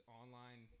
online –